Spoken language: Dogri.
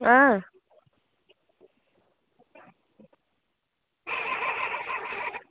ऐं